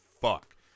fuck